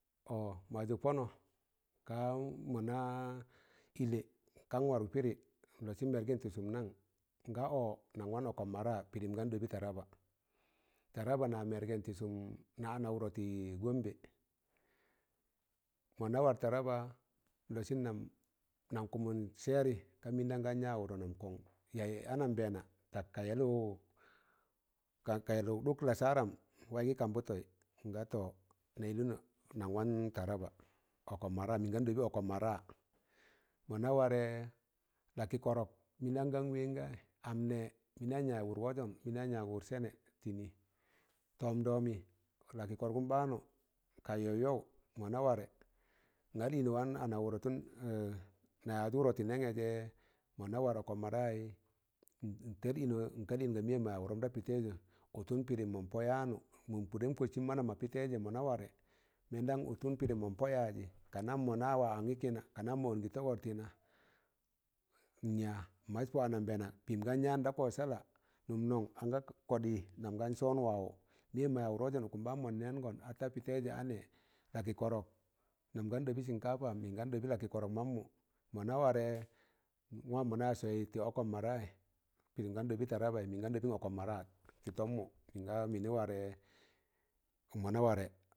ọ mazụk pọnọ ka mọnọ ịlẹ kam warụk pidị n lọsịn mẹrgẹ tị sụm nang? nga ọ nang wan ọkọmmọ ra pịrịm gan ɗọbị taraba. Taraba na mergem tisum na ana wadọ tị gọmbẹ, mona war taraba n lọsịn nam nam kụmụn sẹẹrị ka mịịn dan gan ya wụrọ nam kọn, yayị anambẹẹna tak ka yẹlụk tak ka yaluk ɗụk lassaram waị gị kambụtọi, nga tọ na llụnọị nan wan taraba ọkọm mọ ra mịn gan ɗọbị ọkọm mọ ra mọ na warẹ lakịkọrọk mịndam gan wẹẹn gayị am nẹ mịndụm yaazị wụrị ọzọn mịndamyaaz wụr sẹnẹ tị nị tọmdọmị lakikọrọgụm baanu ka yaụyaụ mọ na warẹ ịn ar ịnọ wan ana wụrọ tun ẹ na yaaz wụrọ tị nẹnẹ jẹ mọ na war ọkọm mọ raị ịntẹri ịnọ, ịn kal ịnga mẹmmọ yaaz wụrọm ta pịtaịzụ kotụn pịrịm mọn pọyanụ mụm kụdẹm kọtsịn manam mọ pị taịzẹ mọ na ware mẹn dan ụtụm mọn pọ yaajị kanam mo na ya angi kina, ka nam mo ongin togor tina in yaa in mots pọ anambẹẹna pịm gan yaan da kọ sẹla nọm nọm anga kọɗị nam gan sọọn wa wụ mịyam mọ yaaz wụr wụzọn ụkụn baan mọn nẹẹngọm a tapị taịzẹ a nẹ lakị kọrọb naam gan dọbị sịnkafa mịn gan dọbị lakị kọrọb mammụm, mọ na warẹ a wam mọ na sọọị tị ọkọm mọ rayị, pirịm mịn gan ɗọbị taraba mammụ mịn gan dọbịn ọkọm mọ ra tị tọmmụ mịn ga mịnị warẹ, mọna ware,